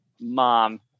mom